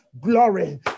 glory